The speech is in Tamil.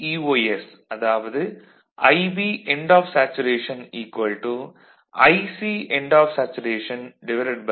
IB அதாவது IB end of saturation ICβF